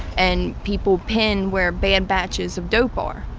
and people pin where bad batches of dope are.